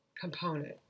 component